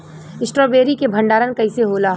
Strawberry के भंडारन कइसे होला?